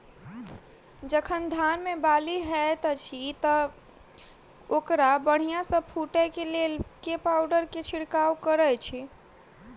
जखन धान मे बाली हएत अछि तऽ ओकरा बढ़िया सँ फूटै केँ लेल केँ पावडर केँ छिरकाव करऽ छी?